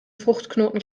fruchtknoten